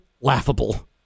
laughable